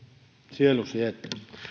sielu sietää